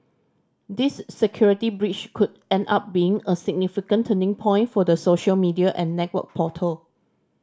this security breach could end up being a significant turning point for the social media and network portal